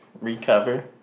recover